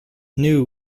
new